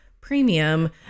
premium